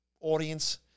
audience